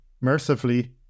mercifully